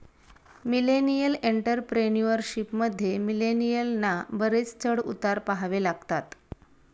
millennial entrepreneurship मध्ये, मिलेनियलना बरेच चढ उतार पहावे लागतात